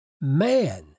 man